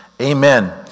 Amen